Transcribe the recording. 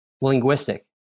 linguistic